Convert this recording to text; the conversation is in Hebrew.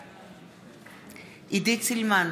בעד עידית סילמן,